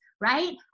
right